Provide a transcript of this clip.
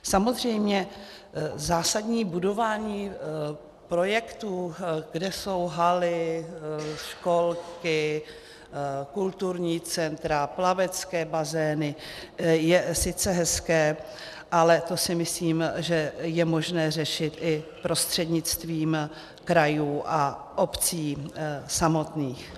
Samozřejmě zásadní budování projektů, kde jsou haly, školky, kulturní centra, plavecké bazény je sice hezké, ale to si myslím, že je možné řešit i prostřednictvím krajů a obcí samotných.